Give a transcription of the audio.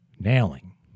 nailing